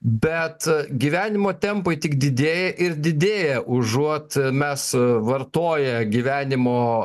bet gyvenimo tempai tik didėja ir didėja užuot mes vartoję gyvenimo